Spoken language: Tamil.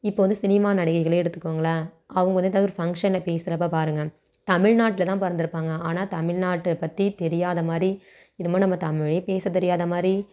இப்போ வந்து சினிமா நடிகைகளே எடுத்துக்கோங்களேன் அவங்க வந்து ஏதாவது ஒரு ஃபங்க்ஷனில் பேசுறப்போ பாருங்க தமிழ்நாட்டில்தான் பிறந்துருப்பாங்க ஆனால் தமிழ்நாட்டைப் பற்றி தெரியாத மாதிரி என்னமோ நம்ம தமிழே பேச தெரியாத மாதிரி